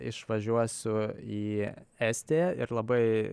išvažiuosiu į estiją ir labai